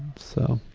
so.